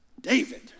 David